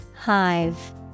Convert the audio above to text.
Hive